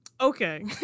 okay